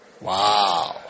Wow